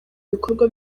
ibikorwa